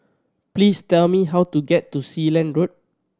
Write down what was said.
please tell me how to get to Sealand Road